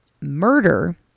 murder